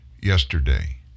yesterday